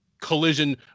collision